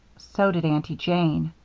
so did aunty jane.